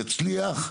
יצליח,